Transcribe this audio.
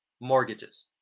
mortgages